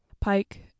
pike